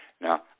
Now